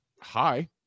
Hi